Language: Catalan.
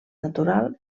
natural